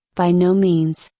by no means,